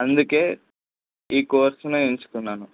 అందుకే ఈ కోర్సునే ఎంచుకున్నాను